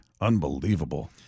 unbelievable